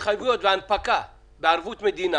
ההתחייבויות וההנפקה בערבות מדינה